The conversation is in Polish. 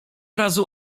razu